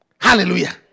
Hallelujah